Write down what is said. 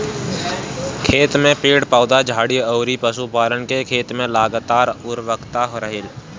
खेत में पेड़ पौधा, झाड़ी अउरी पशुपालन से खेत में लगातार उर्वरता रहेला